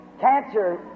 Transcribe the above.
cancer